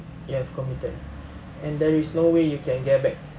you have committed and there is no way you can get back